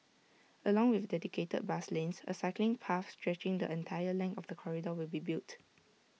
along with dedicated bus lanes A cycling path stretching the entire length of the corridor will be built